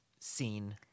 scene